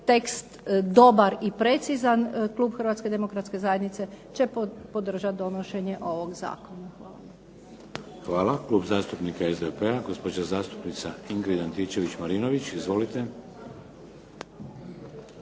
tekst dobar i precizan Klub Hrvatske demokratske zajednice će podržati donošenje ovog Zakona. **Šeks, Vladimir (HDZ)** Hvala Klub zastupnika SDP-a, gospođa zastupnica Ingrid Antičević-Marinović. Izvolite.